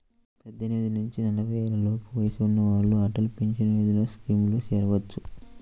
పద్దెనిమిది నుంచి నలభై ఏళ్లలోపు వయసున్న వాళ్ళు అటల్ పెన్షన్ యోజన స్కీమ్లో చేరొచ్చు